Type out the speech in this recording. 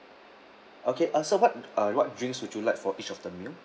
okay uh sir what uh what drinks would you like for each of the meal